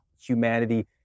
humanity